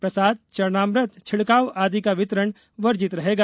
प्रसाद चरणामृत छिड़काव आदि का वितरण वर्जित रहेगा